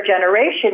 generation